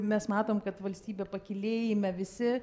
mes matom kad valstybė pakylėjime visi